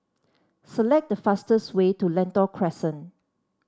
select the fastest way to Lentor Crescent